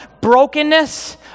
brokenness